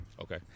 Okay